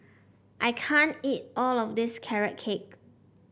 I can't eat all of this Carrot Cake